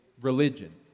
religion